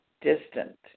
distant